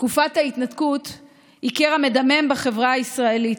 תקופת ההתנתקות היא קרע מדמם בחברה הישראלית,